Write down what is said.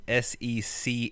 SEC